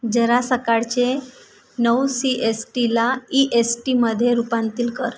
जरा सकाळचे नऊ सी एस टीला ई एस टीमध्ये रूपांतील कर